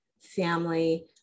family